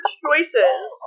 choices